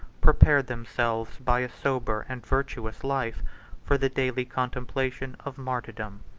prepared themselves by a sober and virtuous life for the daily contemplation of martyrdom.